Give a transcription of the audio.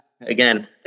again